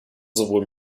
sowohl